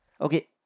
Okay